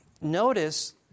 Notice